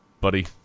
buddy